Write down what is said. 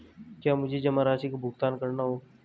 क्या मुझे जमा राशि का भुगतान करना होगा?